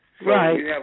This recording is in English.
Right